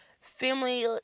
family